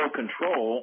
control